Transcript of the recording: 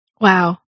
Wow